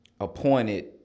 appointed